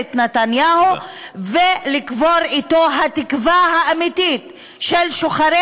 בממשלת נתניהו ולקבור אתו את התקווה האמיתית של שוחרי